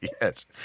yes